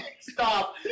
Stop